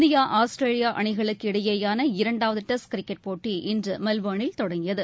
India Australia அனிகளுக்கு இடையேயான இரன்டாவது டெஸ்ட் கிரிக்கெட் போட்டி இன்று மெல்போனில் தொடங்கியது